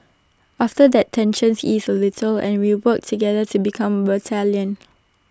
after that tensions ease A little and we work together to become battalion